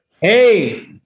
Hey